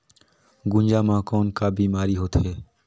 गुनजा मा कौन का बीमारी होथे?